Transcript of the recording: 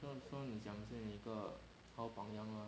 so so 你讲你是一个好榜样啊